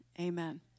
Amen